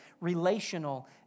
relational